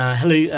hello